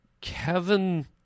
Kevin